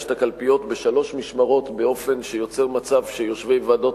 את הקלפיות בשלוש משמרות באופן שיוצר מצב שיושבי ועדות